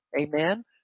Amen